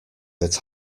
that